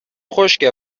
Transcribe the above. خشکه